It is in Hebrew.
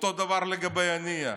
אותו דבר לגבי הנייה.